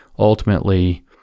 Ultimately